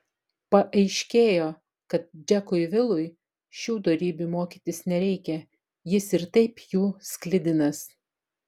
paaiškėjo kad džekui vilui šių dorybių mokytis nereikia jis ir taip jų sklidinas